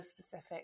specific